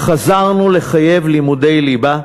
חזרנו לחייב לימודי ליבה,